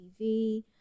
tv